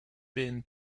been